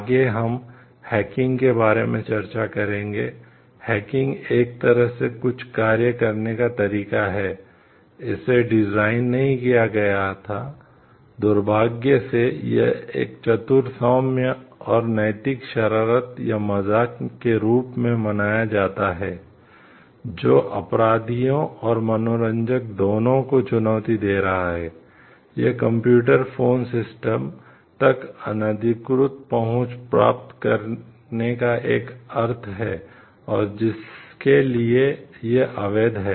आगे हम हैकिंग तक अनधिकृत पहुंच प्राप्त करने का एक अर्थ है और जिसके लिए यह अवैध है